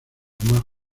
más